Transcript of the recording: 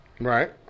Right